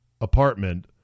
apartment